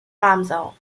ramsau